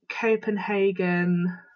Copenhagen